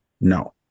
No